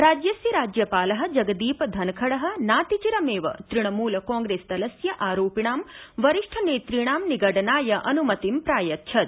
राज्यस्य राज्यपाल जगदीप धनखड़ नातिचिरमेव तृणमूल कांग्रेस्दलस्य आरोपिणां वरिष्ठनेतृणां निगडनाय अन्मतिं प्रायच्छत्